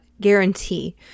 guarantee